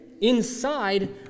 inside